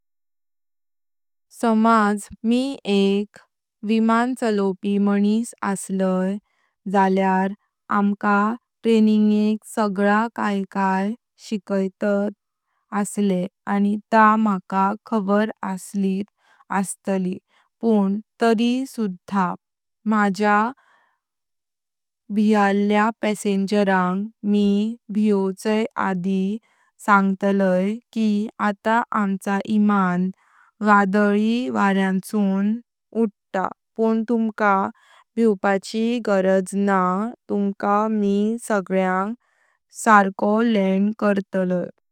समाज मी एक विमान चालवपी मानिस असलय जल्यार अम्का प्रशिक्षणेक सगळा काय काय शिकैतात अनी ताका खबर असलित अस्तली पण तारी सुद्धा। मज्या भीयाल्या पेसेनजारंग मी भीयवच्या आदी सांगटलै की आता आमचा विमान वाढली वाऱ्यांसून उडात्ता पण तुमका भीवपाची गरज न्हा तुमका मी सगळ्यां सर्को लैंड करतलै।